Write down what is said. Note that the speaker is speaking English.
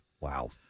wow